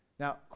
Now